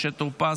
משה טור פז,